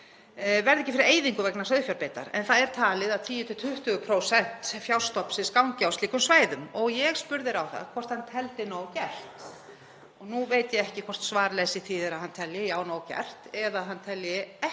verði ekki fyrir eyðingu vegna sauðfjárbeitar en það er talið að 10–20% fjárstofnsins gangi á slíkum svæðum. Ég spurði ráðherrann hvort hann teldi nóg gert. Nú veit ég ekki hvort svarleysið þýðir að hann telji nóg gert eða hann telji ekki